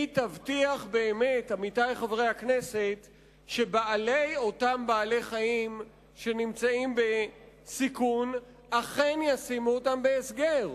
תבטיח באמת שבעלי אותם בעלי-חיים שנמצאים בסיכון אכן ישימו אותם בהסגר.